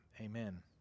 Amen